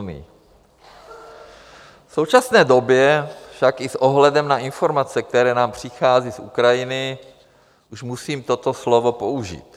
V současné době tak i s ohledem na informace, které nám přichází z Ukrajiny, už musím toto slovo použít.